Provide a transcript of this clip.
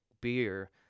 beer